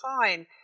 Fine